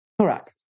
Correct